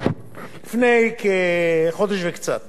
לפני כחודש וקצת